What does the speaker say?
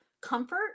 comfort